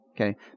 Okay